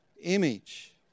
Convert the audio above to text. image